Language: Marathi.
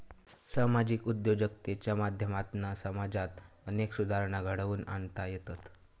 सामाजिक उद्योजकतेच्या माध्यमातना समाजात अनेक सुधारणा घडवुन आणता येतत